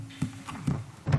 רבה.